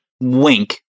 wink